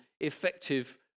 effective